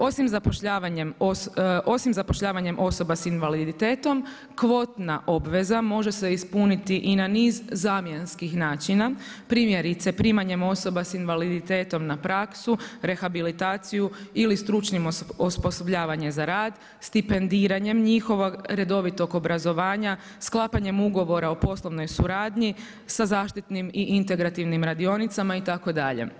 Osim zapošljavanjem osoba sa invaliditetom kvotna obveza može se ispuniti i na niz zamjenskih načina primjerice primanjem osoba sa invaliditetom na praksu, rehabilitaciju ili stručnim osposobljavanjem za rad, stipendiranjem njihovog redovitog obrazovanja, sklapanjem ugovora o poslovnoj suradnji sa zaštitnim i integrativnim radionicama itd.